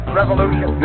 revolution